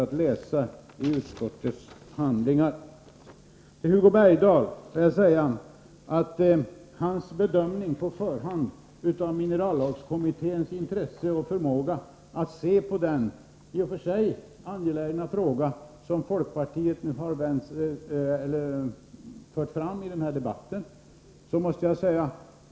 att läsa i utskottets handlingar. Hugo Bergdahl har gjort en bedömning på förhand av minerallagstiftningskommitténs intresse och förmåga att se på den i och för sig angelägna fråga som folkpartiet nu har fört fram i denna debatt.